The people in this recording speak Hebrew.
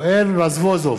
יואל רזבוזוב,